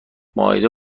مائده